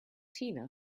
tina